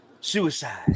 suicide